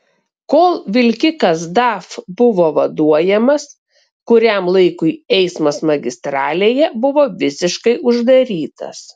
kol vilkikas daf buvo vaduojamas kuriam laikui eismas magistralėje buvo visiškai uždarytas